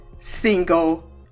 single